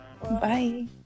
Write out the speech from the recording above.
Bye